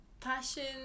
passion